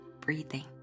breathing